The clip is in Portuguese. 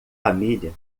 família